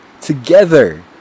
together